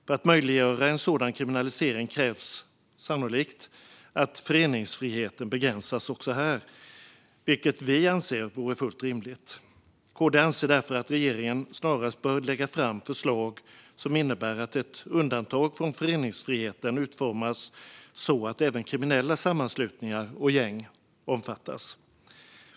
För att möjliggöra en sådan kriminalisering krävs sannolikt att föreningsfriheten begränsas också här, vilket vi anser vore fullt rimligt. KD anser därför att regeringen snarast bör lägga fram förslag som innebär att ett undantag från föreningsfriheten utformas så att även kriminella sammanslutningar och gäng omfattas.